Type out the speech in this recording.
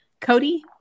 Cody